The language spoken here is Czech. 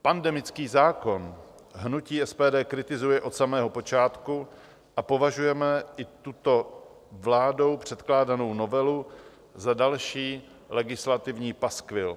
Pandemický zákon hnutí SPD kritizuje od samého počátku a považujeme i tuto vládou předkládanou novelu za další legislativní paskvil.